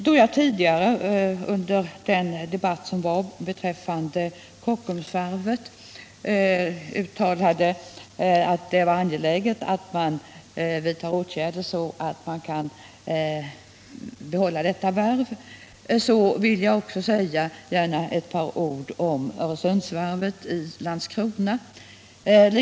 Då jag under debatten om Kockums varv tidigare i dag uttalade att det var angeläget att åtgärder vidtogs så att man kan behålla detta varv, vill jag också gärna säga några ord om Öresundsvarvet i Landskrona.